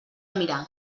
mirar